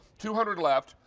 two hundred left.